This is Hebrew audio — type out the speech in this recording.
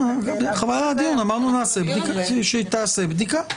תיעשה בדיקה.